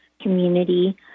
community